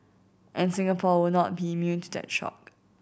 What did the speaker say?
and Singapore will not be immune to that shock